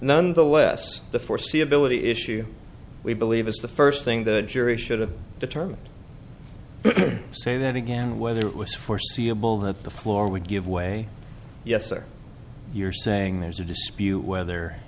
nonetheless the foreseeability issue we believe is the first thing the jury should have determined say that again whether it was foreseeable that the floor would give way yes or you're saying there's a dispute whether